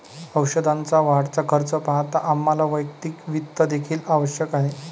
औषधाचा वाढता खर्च पाहता आम्हाला वैयक्तिक वित्त देखील आवश्यक आहे